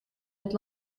het